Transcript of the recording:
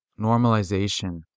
Normalization